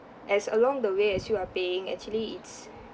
as along the way as you are paying actually it's